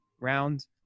round